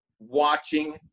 watching